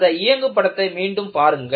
அந்த இயங்கு படத்தை மீண்டும் பாருங்கள்